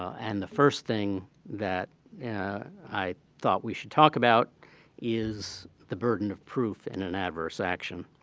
and the first thing that i thought we should talk about is the burden of proof in an adverse action,